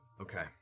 Okay